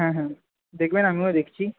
হ্যাঁ হ্যাঁ দেখবেন আমিও দেখছি